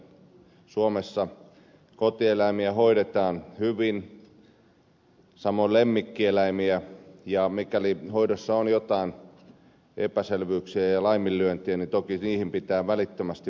pidän tärkeänä että suomessa kotieläimiä hoidetaan hyvin samoin lemmikkieläimiä ja mikäli hoidossa on jotain epäselvyyksiä ja laiminlyöntejä niin toki niihin pitää välittömästi puuttua